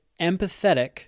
empathetic